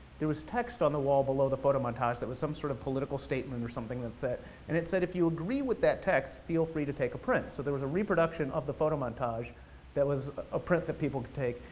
there was text on the wall, below the photo montage, that was some sort of political statement or something, and it said if you agree with that text, feel free to take a print. so there was a reproduction of the photo montage that was a print that people could take.